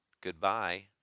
goodbye